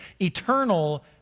eternal